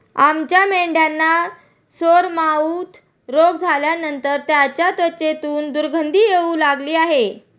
आमच्या मेंढ्यांना सोरमाउथ रोग झाल्यानंतर त्यांच्या त्वचेतून दुर्गंधी येऊ लागली आहे